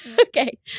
Okay